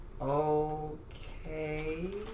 Okay